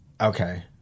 Okay